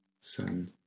sun